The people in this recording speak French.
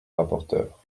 rapporteure